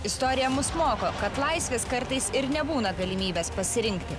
istorija mus moko kad laisvės kartais ir nebūna galimybės pasirinkti